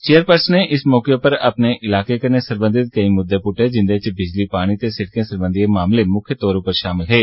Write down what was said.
चेयरपर्सनें इस मौके अपने इलाकें कन्नै सरबंधत केईं मुद्दे पुट्टे जिंदे च बिजली पानी ते सिड़कें सरबंधी मामले मुक्ख तौरा पर शामल हे